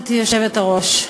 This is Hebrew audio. גברתי היושבת-ראש,